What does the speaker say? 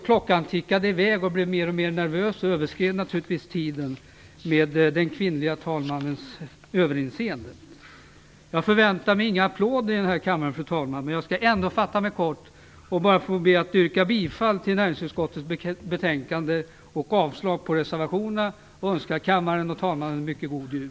Klockan tickade i väg, och jag blev mer och mer nervös och överskred naturligtvis tiden, med den kvinnliga talmannens överseende. Jag väntar mig inga applåder här i kammaren, fru talman, men jag skall ändå fatta mig kort. Jag skall bara be att få yrka bifall till näringsutskottets hemställan och avslag på reservationerna och önska kammaren och talmannen en mycket god jul.